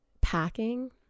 packing